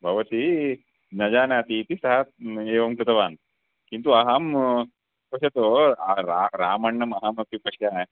भवती न जानाति इति सः एवं कृतवान् किन्तु अहं पश्यतु रामण्णम् अहमपि पश्यामि